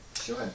sure